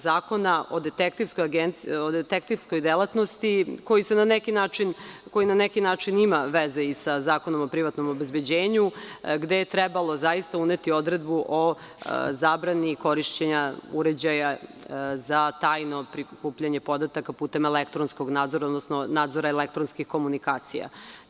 Zakona o detektivskoj delatnosti, koji na neki način ima veze i sa Zakon o privatnom obezbeđenju, gde je trebalo uneti odredbu o zabrani korišćenja uređaja za tajno prikupljanje podataka putem elektronskog nadzora, odnosno nadzora elektronske komunikacije.